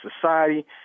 society